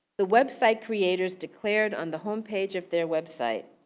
the website creators declared on the homepage of their website,